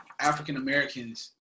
African-Americans